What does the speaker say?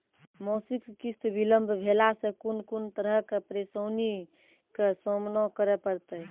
मासिक किस्त बिलम्ब भेलासॅ कून कून तरहक परेशानीक सामना करे परतै?